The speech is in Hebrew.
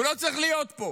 הוא לא צריך להיות פה,